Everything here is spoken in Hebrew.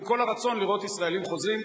עם כל הרצון לראות ישראלים חוזרים,